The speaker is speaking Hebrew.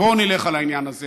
בואו נלך על העניין הזה